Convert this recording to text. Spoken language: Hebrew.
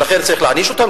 לכן צריך להעניש אותם?